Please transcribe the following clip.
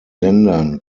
ländern